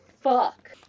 fuck